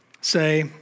say